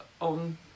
on